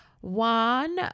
One